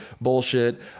bullshit